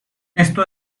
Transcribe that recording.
esto